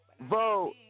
Vote